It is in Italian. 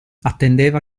attendeva